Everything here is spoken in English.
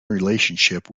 relationship